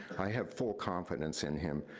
i have full confidence in him,